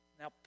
Now